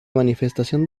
manifestación